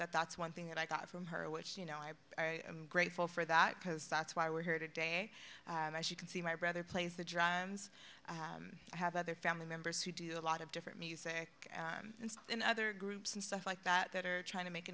that that's one thing that i got from her which you know i am grateful for that because that's why we're here today and i she can see my brother plays the drums i have other family members who do a lot of different music and in other groups and stuff like that that are trying to make a